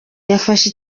yafashe